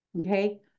okay